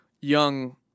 Young